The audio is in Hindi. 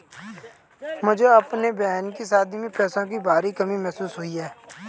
मुझे अपने बहन की शादी में पैसों की भारी कमी महसूस हुई